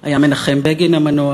היה מנחם בגין המנוח.